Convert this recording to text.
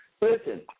Listen